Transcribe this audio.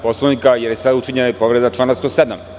Poslovnika, jer je sada učinjena i povreda člana 107.